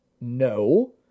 No